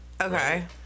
okay